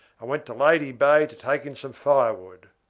and went to lady bay to take in some firewood.